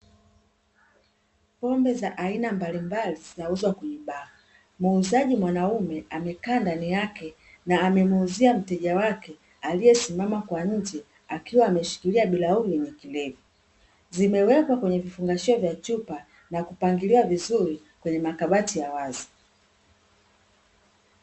Pombe za aina mbalimbali zinauzwa kwenye baa, muuzaji mwanaume amekaa ndani yake na amemuuzia mteja wake aliyesimama kwa nje, akiwa ameshikilia bilauli na kilevi. Zimewekwa kwenye vifungashio vya chupa na kupangiliwa vizuri kwenye makabati ya wazi.